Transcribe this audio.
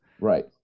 right